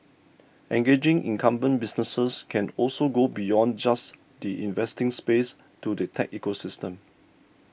engaging incumbent businesses can also go beyond just the investing space to the tech ecosystem